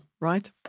Right